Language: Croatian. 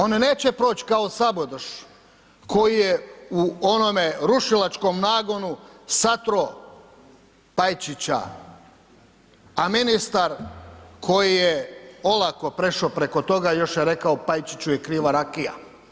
On neće proć kao Sabadoš koji je u onome rušilačkom nagonu satro Pajčića a ministar koji je olako prešao preko toga, još je rekao Pajčiću je kriva rakija.